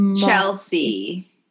Chelsea